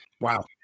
Wow